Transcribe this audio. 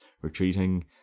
retreating